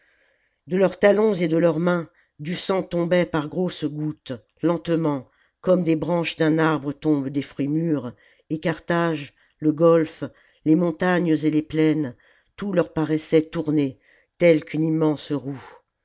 de leurs talons et de leurs mains du sang tombait par grosses gouttes lentement comme des branches d'un arbre tombent des fruits mûrs et carthage le golfe les montagnes et les plaines tout leur paraissait tourner tel qu'une immense roue